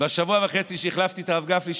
בשבוע וחצי שהחלפתי את הרב גפני,